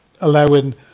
Allowing